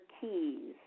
keys